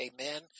amen